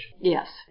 Yes